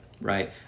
right